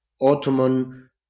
Ottoman